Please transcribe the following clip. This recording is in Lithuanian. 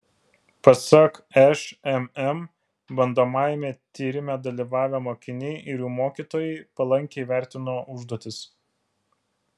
pasak šmm bandomajame tyrime dalyvavę mokiniai ir jų mokytojai palankiai vertino užduotis